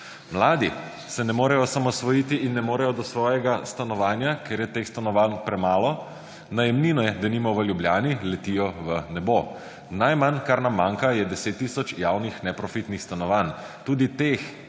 Mladi se ne morejo osamosvojiti in ne morejo do svojega stanovanja, ker je teh stanovanj premalo. Najemnine, denimo v Ljubljani, letijo v nebo. Najmanj, kar nam manjka, je 10 tisoč javnih neprofitnih stanovanj. Tudi teh